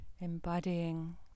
embodying